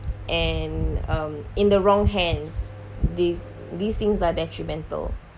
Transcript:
and um in the wrong hands these these things are detrimental